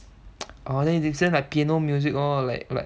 orh then you listen like piano music lor like like